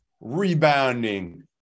rebounding